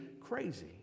crazy